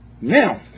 Now